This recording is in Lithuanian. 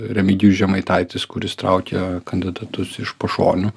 remigijus žemaitaitis kuris traukia kandidatus iš pašonių